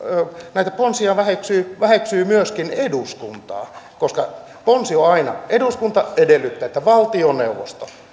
näitä ponsia väheksyy väheksyy myöskin eduskuntaa koska ponsi alkaa aina eduskunta edellyttää että valtioneuvosto